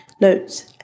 notes